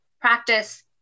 practice